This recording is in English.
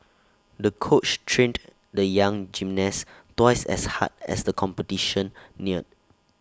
the coach trained the young gymnast twice as hard as the competition neared